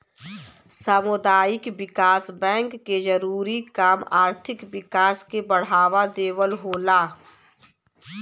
सामुदायिक विकास बैंक के जरूरी काम आर्थिक विकास के बढ़ावा देवल होला